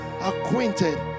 acquainted